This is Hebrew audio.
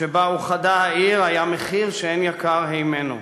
שבה אוחדה העיר היה מחיר שאין יקר הימנו.